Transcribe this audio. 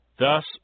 Thus